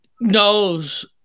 knows